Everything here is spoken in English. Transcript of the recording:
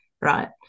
right